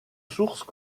sources